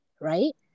right